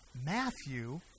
Matthew